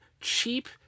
cheap